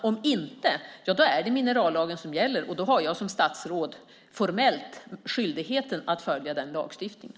Om inte är det minerallagen som gäller, och då har jag som statsråd formellt skyldighet att följa den lagstiftningen.